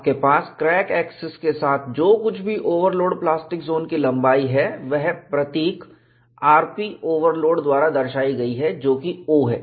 आपके पास crack axis के साथ जो कुछ भी ओवरलोड प्लास्टिक जोन की लंबाई है वह प्रतीक rp ओवरलोड द्वारा दर्शाई गई है जो कि o है